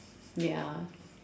ya